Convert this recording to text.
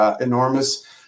enormous